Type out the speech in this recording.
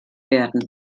werden